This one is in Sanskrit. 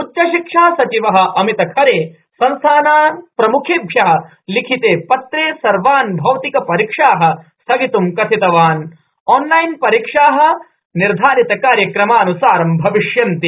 उच्चशिक्षासचिवः अमितखरे संस्थानां प्रम्खेभ्यः लिखिते पत्रे सर्वान भौतिकपरीक्षाः स्थगित्ं कथितवान ऑनलाइन परीक्षाः निर्धारित कार्यक्रमान्सारं भविष्यन्ति